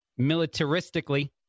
militaristically